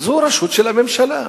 זו רשות של הממשלה.